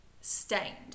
stained